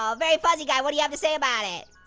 um veryfuzzyguy, what do you have to say about it?